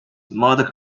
mother